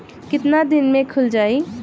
कितना दिन में खुल जाई?